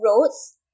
roads